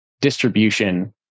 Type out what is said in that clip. distribution